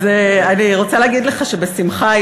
אז אני רוצה להגיד לך שבשמחה,